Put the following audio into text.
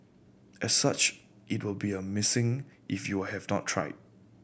as such it will be a missing if you have not tried